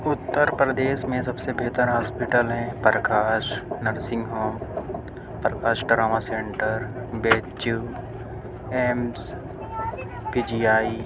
اتّر پردیس میں سب سے بہتر ہاسپٹل ہیں Prakash nursing home Prakash trauma centre B H U AIIMS P G آئی